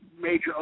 major